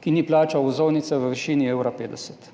ki ni plačal vozovnice v višini evra 50.